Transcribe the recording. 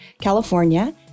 California